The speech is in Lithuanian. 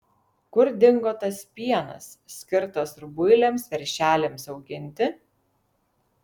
kur dingo tas pienas skirtas rubuiliams veršeliams auginti